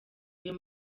ayo